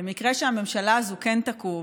למקרה שהממשלה הזאת כן תקום,